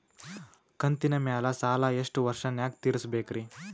ಕಂತಿನ ಮ್ಯಾಲ ಸಾಲಾ ಎಷ್ಟ ವರ್ಷ ನ್ಯಾಗ ತೀರಸ ಬೇಕ್ರಿ?